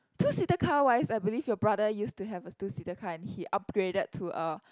two seater car wise I believe your brother used to have a two seater car and he upgraded to a